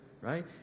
right